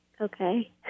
Okay